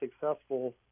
successful